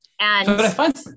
And-